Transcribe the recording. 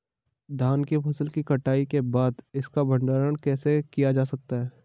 धान की फसल की कटाई के बाद इसका भंडारण कैसे किया जा सकता है?